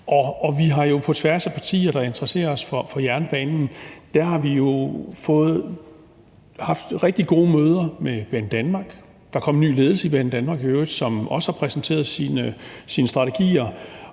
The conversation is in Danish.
og vi har jo på tværs af partierne, der interesserer sig for jernbanen, haft rigtig gode møder med Banedanmark – der er i øvrigt kommet ny ledelse i Banedanmark, som også har præsenteret sine strategier